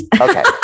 Okay